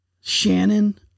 Shannon